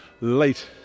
late